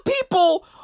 people